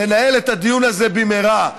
לנהל את הדיון הזה במהרה,